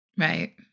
Right